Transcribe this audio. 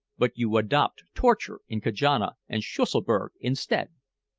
but you adopt torture in kajana and schusselburg instead.